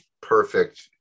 perfect